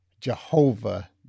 Jehovah